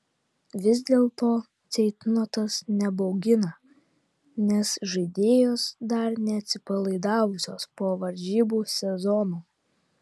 vis dėlto ceitnotas nebaugina nes žaidėjos dar neatsipalaidavusios po varžybų sezono